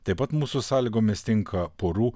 taip pat mūsų sąlygomis tinka porų